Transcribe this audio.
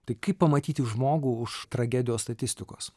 tai kaip pamatyti žmogų už tragedijos statistikos